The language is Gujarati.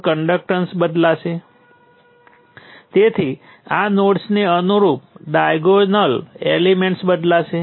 તેથી ફરીથી નોડ 2 પર મારે લખવું પડશે I22 વત્તા I13 ઓછા I12 કારણ કે હું શક્ય તમામ કરંટ લઈ રહ્યો છું નોડથી દૂર શૂન્ય બરાબર વહે છે